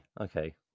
okay